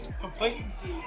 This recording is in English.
complacency